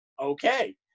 Okay